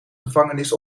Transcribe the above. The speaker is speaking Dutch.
gevangenis